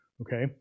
okay